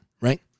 right